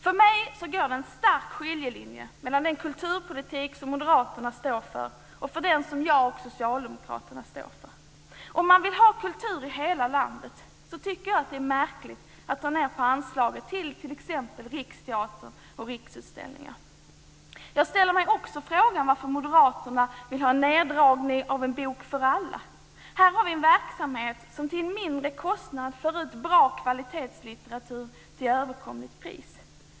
För mig går det en stark skiljelinje mellan den kulturpolitik som moderaterna står för och den som jag och socialdemokraterna står för. Om man vill ha kultur i hela landet tycker jag att det är märkligt att dra ned på anslaget till t.ex. Riksteatern och Riksutställningar. Jag ställer mig också frågan varför moderaterna vill ha en neddragning av anslagen till En bok för alla. Här har vi en verksamhet som till en mindre kostnad för ut bra kvalitetslitteratur till ett överkomligt pris.